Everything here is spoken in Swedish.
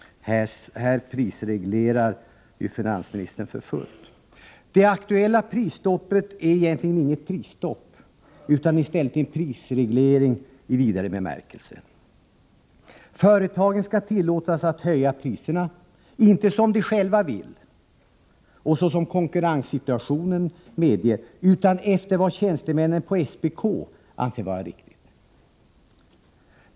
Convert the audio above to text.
Här prisreglerar ju finansministern för fullt. Det aktuella prisstoppet är egentligen inget prisstopp utan i stället en prisreglering i vidare bemärkelse. Företagen skall tillåtas att höja priserna — inte som de själva vill och såsom konkurrenssituationen medger, utan efter vad tjänstemännen på SPK anser vara riktigt.